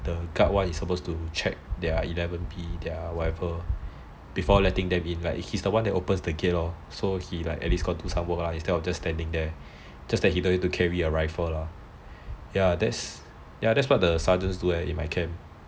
the guard one is supposed to check their eleven B or whatever before letting them in like he's the one that opens the gate lor so he at least got to do some work instead of just standing there just that he don't need to carry a rifle lah ya that's what the sergeants do eh at my camp